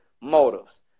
motives